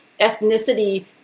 ethnicity